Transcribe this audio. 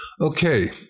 Okay